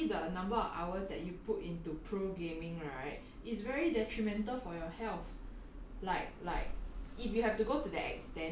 good for the person lah earn money and game but honestly the number of hours that you put into pro gaming right it's very detrimental for your health